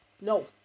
No